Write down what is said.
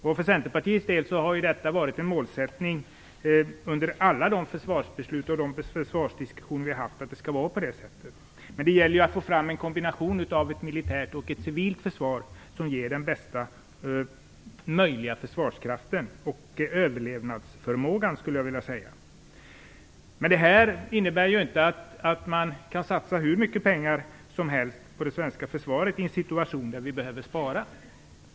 För oss i Centerpartiet har det varit en målsättning i samband med alla försvarsbeslut och försvarsdiskussioner som förekommit att det skall vara på det sättet. Men det gäller att få fram en kombination av militärt och civilt försvar som resulterar i bästa möjliga försvarskraft och överlevnadsförmåga. Men för den skull kan inte hur mycket pengar som helst satsas på det svenska försvaret i en situation där vi behöver spara.